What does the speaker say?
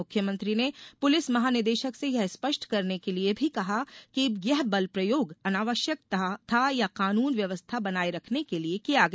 मुख्यमंत्री ने पुलिस महानिदेशक से यह स्पष्ट करने के लिए भी कहा है कि यह बलप्रयोग अनावश्यक था या कानून व्यवस्था बनाए रखने के लिए किया गया